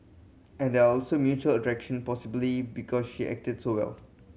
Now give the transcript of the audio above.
and there also mutual attraction possibly because she acted so well